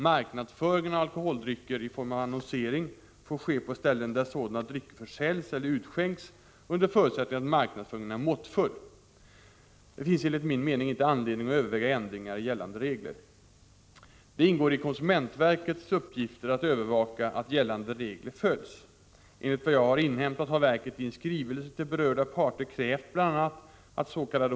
Marknadsföringen av alkoholdrycker i form av annonsering får ske på ställen där sådana drycker försäljs eller utskänks under förutsättning att marknadsföringen är måttfull. Det finns enligt min mening inte anledning att överväga ändringar i gällande regler. Det ingår i konsumentverkets uppgifter att övervaka att gällande regler följs. Enligt vad jag har inhämtat har verket i en skrivelse till berörda parter krävt bl.a. atts.k.